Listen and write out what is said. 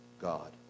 God